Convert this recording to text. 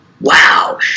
Wow